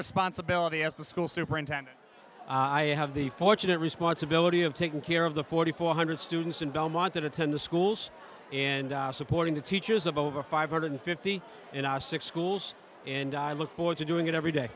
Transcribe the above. responsibility as the school superintendent i have the fortunate responsibility of taking care of the forty four hundred students in belmont that attend the schools and supporting the teachers of over five hundred fifty in our six schools and i look forward to doing it every day